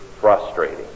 frustrating